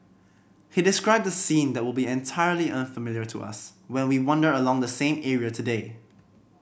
he described a scene that will be entirely unfamiliar to us when we wander along the same area today